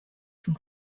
from